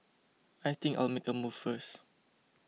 I think I'll make a move first